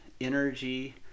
energy